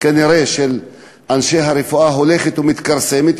של אנשי הרפואה הולכת ומתכרסמת.